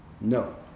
no